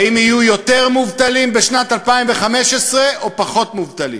האם יהיו יותר מובטלים בשנת 2015 או פחות מובטלים?